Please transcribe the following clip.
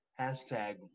hashtag